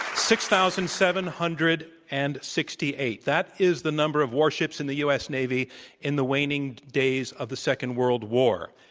six thousand seven hundred and sixty eight. that is the number of war ships in the u. s. navy in the waning days of the second world war.